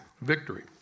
victory